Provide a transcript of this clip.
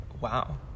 wow